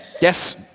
Yes